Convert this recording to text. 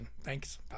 thanks